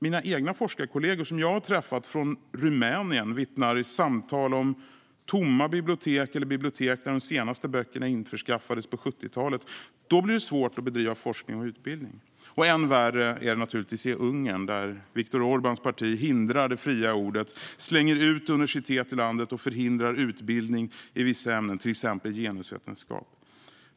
Men forskarkollegor från Rumänien som jag har träffat vittnar i samtal om tomma bibliotek eller om bibliotek där de senaste böckerna införskaffades på 70talet. Då blir det svårt att bedriva forskning och utbildning. Än värre är det naturligtvis i Ungern, där Viktor Orbáns parti hindrar det fria ordet, slänger ut universitet ur landet och förhindrar utbildning i vissa ämnen, till exempel genusvetenskap.